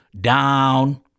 down